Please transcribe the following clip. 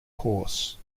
course